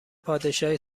پادشاهی